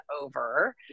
over